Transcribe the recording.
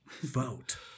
Vote